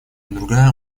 другая